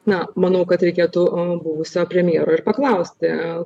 na manau kad reikėtų buvusio premjero ir paklausti